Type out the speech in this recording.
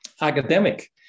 academic